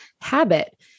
habit